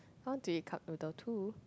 I want to eat cup noodle too